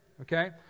okay